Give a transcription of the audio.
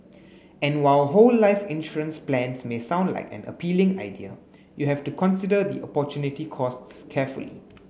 and while whole life insurance plans may sound like an appealing idea you have to consider the opportunity costs carefully